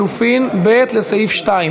אתה מדבר מהר.